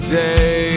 day